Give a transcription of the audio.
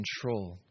control